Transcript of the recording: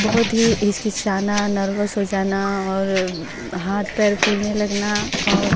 बहुत ही हिचकिचाना नर्वस हो जाना और हाथ पैर फूलने लगना और